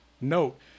note